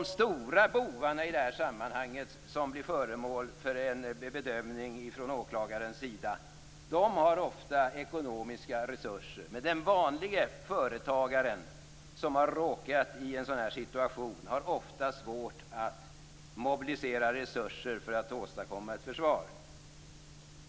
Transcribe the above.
De stora bovarna som i detta sammanhang blir föremål för en bedömning från åklagarens sida har ofta ekonomiska resurser. Men den vanlige företagaren som har råkat i en sådan här situation har ofta svårt att mobilisera resurser för att åstadkomma ett försvar.